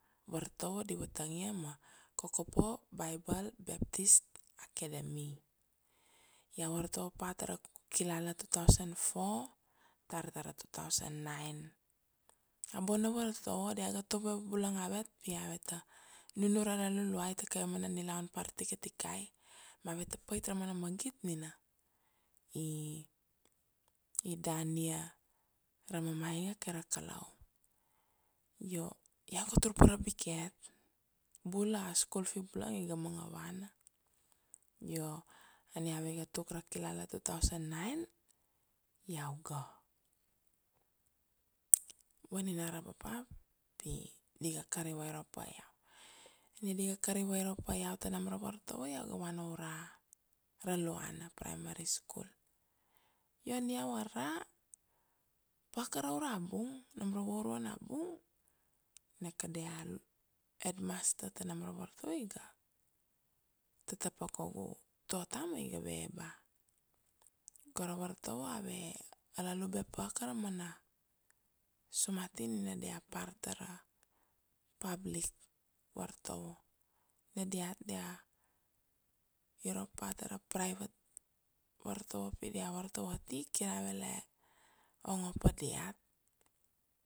vartovo di vatangia ma Kokopo Bible Baptist Academy, iau vartovo pa tara kilala two thousand four tar tara two thousand nine. A bona vartovo dia ga tovo bulang avet pi ave ta nunure ra Luluai ta kaveve mana nilaun par tikatikai ma ave ta pait ra mana magit nina i dania ra mamainga kai ra Kalau. Io, iau ga tur pa ra biket bula a school fee bula iga manga vana, io ania ave ga tuk ra kilala two thousand nine. Iau ga, vaninara papa pi di ga kari vairop pa iau, nia di ga kari vairop pa iau ta nam ra vartovo, iau ga vana ura Raluana Primary school. Io ania iau ara, pa ka ra ura bung, nam ra vauruana bung na ka dia Headmaster ta nam ra vartovo iga tata pa kaugu tota ma iga ve, ba go ra vartovo ave alalube pa ka ra mana sumatin nina dia par tara public vartovo, nia diat dia irop pa tara private vartovo pi dia vartovo ati kir ave la ongo pa diat